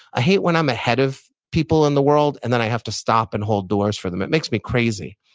i hate when i'm ahead of people in the world and then i have to stop and hold doors for them. it makes me crazy.